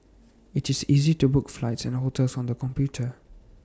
IT is easy to book flights and hotels on the computer